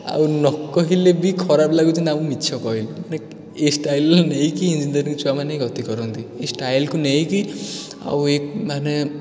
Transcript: ଆଉ ନ କହିଲେ ବି ଖରାପ ଲାଗୁଛି ନା ମୁଁ ମିଛ କହିଲି ମାନେ ଏହି ଷ୍ଟାଇଲ୍ର ନେଇକି ଇଂଜିନିୟରିଂ ଛୁଆମାନେ ହିଁ ଗତି କରନ୍ତି ଏହି ଷ୍ଟାଇଲ୍କୁ ନେଇକି ଆଉ ଏହି ମାନେ